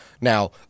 Now